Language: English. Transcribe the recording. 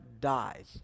dies